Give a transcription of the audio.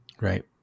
Right